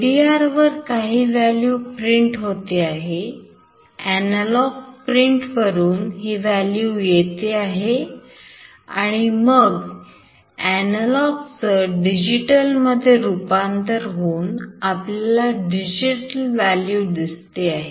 LDR वर काही value print होते आहे analog pin वरून ही value येते आहे आणि मग analog च डिजिटल मध्ये रूपांतर होऊन आपल्याला digital value दिसते आहे